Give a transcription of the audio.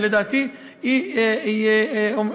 שלדעתי היא עמדה,